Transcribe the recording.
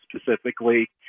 specifically